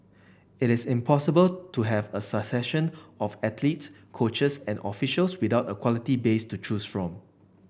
it is impossible to have a succession of athletes coaches and officials without a quality base to choose from